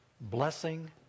blessing